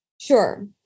Sure